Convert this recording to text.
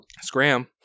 Scram